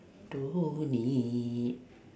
don't need